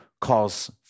cause